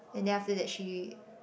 and then after that she